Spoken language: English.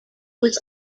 was